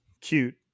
cute